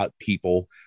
people